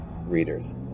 readers